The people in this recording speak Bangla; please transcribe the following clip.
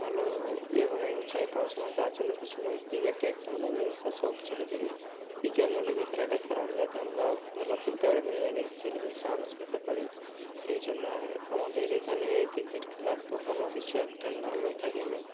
ভালো র্যাঙ্ক চাই পড়াশোনায় তার জন্য কিছু নয় ক্রিকেটটা একটা মানে নেশা সব ছেলেদেরই বিকেল হলে যে খেলাটা খেলা যায় যাতে আমরা ভালো খেলতে পারি বিভিন্ন জায়গায় খেলে যে চান্স পেতে পারি এই জন্য আর আমাদের এখানে ক্রিকেট খেলার তো কোনো কিছু একটা নামই থাকেনি